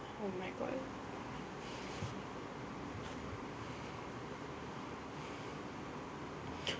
oh my god